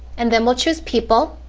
and then we'll choose people.